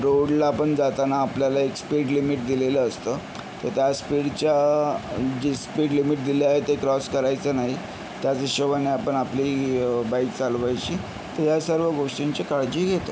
रोडला पण जाताना आपल्याला एक स्पीड लिमिट दिलेलं असतं तर त्या स्पीडच्या जी स्पीड लिमिट दिली आहे ते क्रॉस करायचं नाही त्याच हिशोबानं आपण आपली बाईक चालवायची तर या सर्व गोष्टींची काळजी घेतो